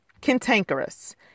cantankerous